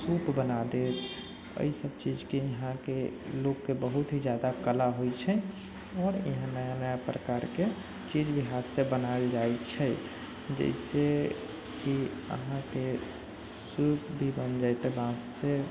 सूप बना देत अइ सब चीजके बिहारके लोकके बहुत ही जादा कला होइ छै आओर एहन नया नया प्रकारके चीज भी हाथसँ बनायल जाइ छै जैसे की अहाँके सूप भी बनि जैतै बाँससँ